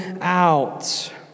out